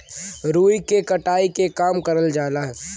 रुई के कटाई के काम करल जाला